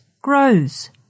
grows